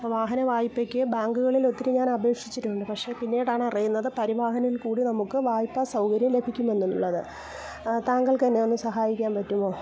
അപ്പോൾ വാഹന വായ്പക്ക് ബാങ്കുകളിലൊത്തിരി ഞാനപേക്ഷിച്ചിട്ടുണ്ട് പക്ഷേ പിന്നീടാണ് അറിയുന്നത് പരിവാഹനിൽ കൂടി നമുക്ക് വായ്പ്പാ സൗകര്യം ലഭിക്കുമെന്നുള്ളത് താങ്കൾക്ക് എന്നെയൊന്ന് സഹായിക്കാൻ പറ്റുവോ